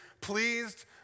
pleased